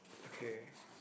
okay